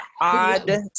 odd